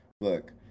look